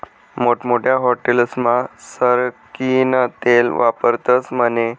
मोठमोठ्या हाटेलस्मा सरकीनं तेल वापरतस म्हने